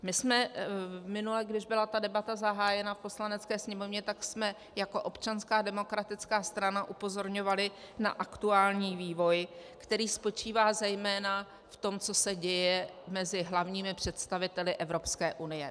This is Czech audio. My jsme minule, když byla zahájena debata v Poslanecké sněmovně, tak jsme jako občanská demokratická strana upozorňovali na aktuální vývoj, který spočívá zejména v tom, co se děje mezi hlavními představiteli Evropské unie.